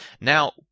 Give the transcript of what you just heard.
Now